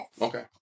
Okay